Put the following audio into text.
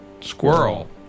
squirrel